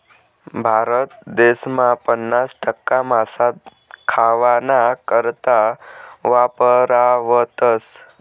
भारत देसमा पन्नास टक्का मासा खावाना करता वापरावतस